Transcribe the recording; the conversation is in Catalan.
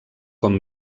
com